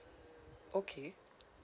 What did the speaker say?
okay